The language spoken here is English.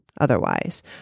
otherwise